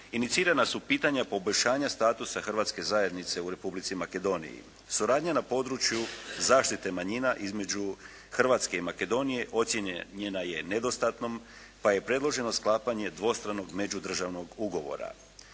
inicirana su pitanja poboljšanja statusa hrvatske zajednice u Republici Makedoniji. Suradnja na području zaštite manjina između Hrvatske i Makedonije ocijenjena je nedostatnom pa je predloženo sklapanje dvostranog međudržavnog ugovora.